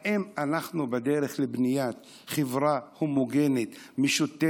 האם אנחנו בדרך לבניית חברה הומוגנית, משותפת,